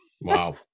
Wow